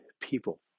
people